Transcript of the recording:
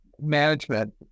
management